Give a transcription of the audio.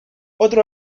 otro